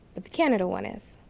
but the canada one is,